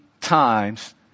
times